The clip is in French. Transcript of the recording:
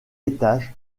étage